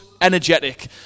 energetic